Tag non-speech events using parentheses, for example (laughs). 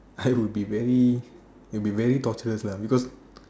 I would (laughs) be very it will be very torturous lah because